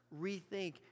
rethink